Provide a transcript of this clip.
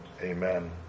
amen